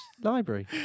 library